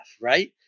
right